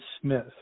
Smith